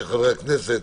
הכנסת